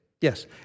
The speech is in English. Yes